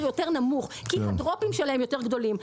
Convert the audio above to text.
יותר נמוך כי הדרופים שלהם יותר גדולים,